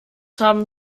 haben